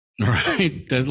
right